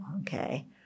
Okay